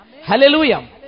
Hallelujah